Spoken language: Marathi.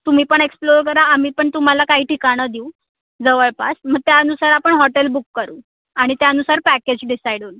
तुम्ही पण एक्स्पलोर करा आम्ही पण तुम्हाला काही ठिकाणं देऊ जवळपास मग त्यानुसार आपण हॉटेल बुक करू आणि त्यानुसार पॅकेज डिसाईड होईल